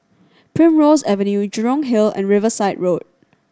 Primrose Avenue Jurong Hill and Riverside Road